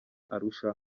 arusha